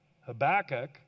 Habakkuk